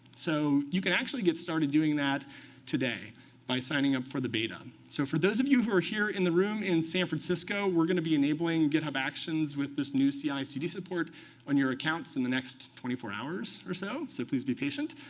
so you can actually get started doing that today by signing up for the beta. so for those of you who are here in the room in san francisco, we're going to be enabling github actions with this new ci cd support on your accounts in the next twenty four hours or so. so please be patient.